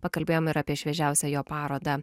pakalbėjom ir apie šviežiausią jo parodą